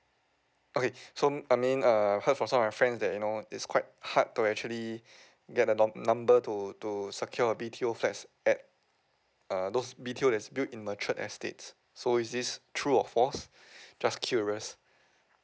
okay so um I mean uh I heard from some of my friends that you know that it's quite hard to actually get a num~ number to to secure a B_T_O flats at uh those B_T_Os that's built in matured estate so is this true or false just curious